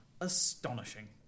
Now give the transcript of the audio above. astonishing